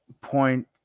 point